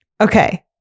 Okay